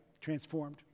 Transformed